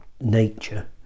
nature